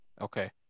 Okay